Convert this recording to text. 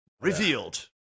revealed